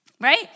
right